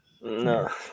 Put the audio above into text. no